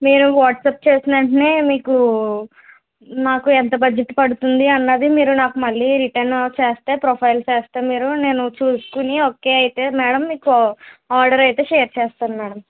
నేను వాట్సాప్ చేసిన వెంటనే మీకు నాకు ఎంత బడ్జెట్ పడుతుంది అన్నది మీరు నాకు మళ్ళీ రిటర్న్ చేస్తే ప్రొఫైల్ చేస్తే మీరు నేను చూసుకుని ఓకే అయితే మేడం మీకు ఆర్డర్ అయితే షేర్ చేస్తాను మేడం